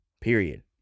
Period